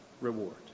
reward